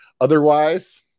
Otherwise